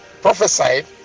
prophesied